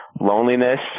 loneliness